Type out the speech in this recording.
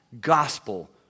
Gospel